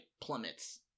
plummets